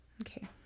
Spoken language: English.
okay